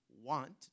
want